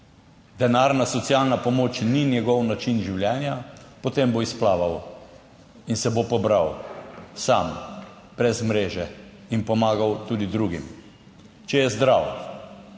denarna socialna pomoč ni njegov način življenja, potem bo izplaval in se bo pobral sam, brez mreže, in pomagal tudi drugim. Če je zdrav.